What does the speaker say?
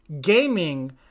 gaming